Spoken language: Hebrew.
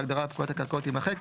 ההגדרה "פקודת הקרקעות" תימחק.